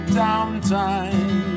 downtime